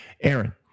Aaron